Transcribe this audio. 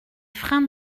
freins